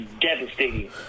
devastating